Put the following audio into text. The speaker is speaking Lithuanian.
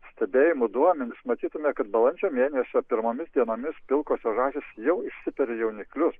stebėjimų duomenis matytume kad balandžio mėnesio pirmomis dienomis pilkosios žąsys jau išsiperi jauniklius